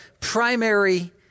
primary